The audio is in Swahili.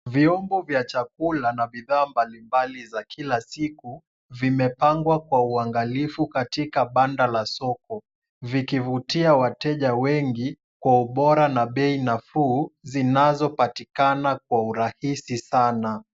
Vyombo vya chakula na bidhaa mbalimbali za kila siku vimepangwa kwa uangalifu katika banda la soko, vikivutia wateja wengi kwa ubora na bei nafuu zinazopatikana kwa urahisi sana.